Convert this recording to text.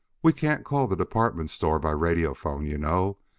we can't call the department store by radiophone, you know,